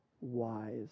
wise